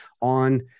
on